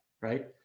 Right